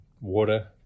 water